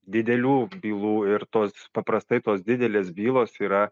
didelių bylų ir tos paprastai tos didelės bylos yra